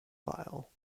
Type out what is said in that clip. vile